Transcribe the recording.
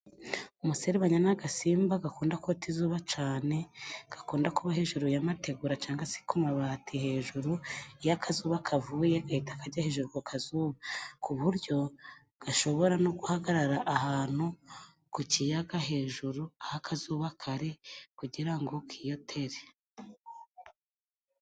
Umuserebanya ni agasimba gakunda kota izuba cyane, gakunda kuba hejuru y'amategura cyangwa se ku mabati hejuru, iyo akazuba kavuye gahita kajya hejuru ku kazuba, ku buryo gashobora no guhagarara ahantu ku kiyaga hejuru, aho akazuba kari, kugira ngo kiyotere.